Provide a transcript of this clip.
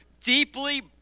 deeply